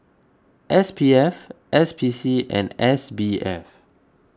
S P F S P C and S B F